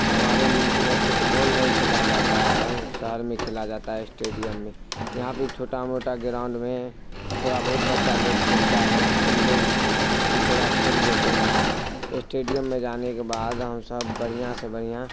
ہمارے ملک میں فٹ بال نہیں کھیلا جاتا ہے اور شہر میں کھیلا جاتا ہے اسٹیڈیم میں یہاں پہ چھوٹا موٹا گراؤنڈ میں تھوڑا بہت بچہ لوگ کھیلتا ہے ہم لوگ بھی تھوڑا کھیل لیتے ہیں اسٹیڈیم میں جانے کے بعد ہم سب بڑھیاں سے بڑھیاں